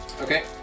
Okay